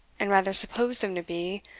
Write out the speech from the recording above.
and rather suppose them to be,